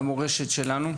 למורשת שלנו,